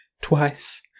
twice